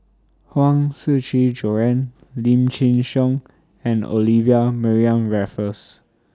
Huang Shiqi Joan Lim Chin Siong and Olivia Mariamne Raffles